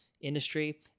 industry